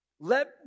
Let